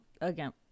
again